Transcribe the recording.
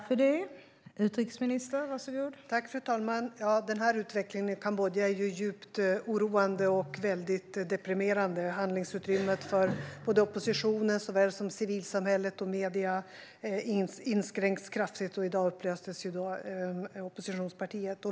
Fru talman! Utvecklingen i Kambodja är djupt oroande och deprimerande. Handlingsutrymmet för såväl oppositionen som civilsamhället och medierna inskränks kraftigt, och i dag upplöstes oppositionspartiet.